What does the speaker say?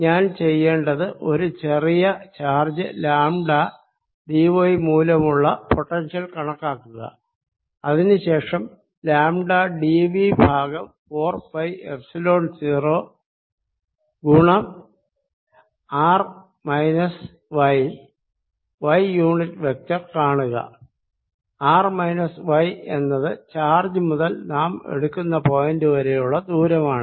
ഞാൻ ചെയ്യേണ്ടത് ഒരു ചെറിയ ചാർജ് ലാംട d y മൂലമുള്ള പൊട്ടൻഷ്യൽ കണക്കാക്കുക അതിനുശേഷം ലാംട d y ഭാഗം 4 പൈ എപ്സിലോൺ 0 ഗുണം r minus y y unit vector കാണുക r മൈനസ് y എന്നത് ചാർജ് മുതൽ നാം എടുക്കുന്ന പോയിന്റ് വരെയുള്ള ദൂരമാണ്